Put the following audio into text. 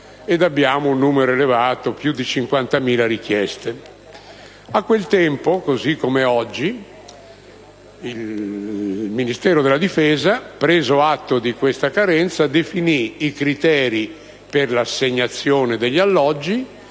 disponibili e più di 50.000 richieste). A quel tempo, così come oggi, il Ministero della difesa, preso atto di questa carenza, definì i criteri per l'assegnazione degli alloggi